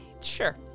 Sure